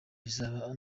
bizaba